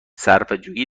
صرفهجویی